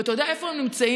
ואתה יודע איפה הם נמצאים.